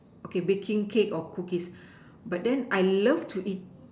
okay baking cake or cookies but then I love to eat